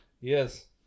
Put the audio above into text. yes